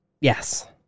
yes